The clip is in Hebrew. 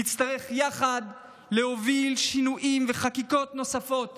נצטרך יחד להוביל שינויים וחקיקות נוספות